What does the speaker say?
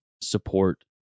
support